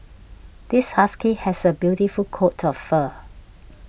this husky has a beautiful coat of fur